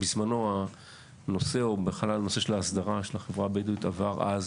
בזמנו הנושא של ההסדרה של החברה הבדואית עבר אז